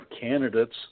candidates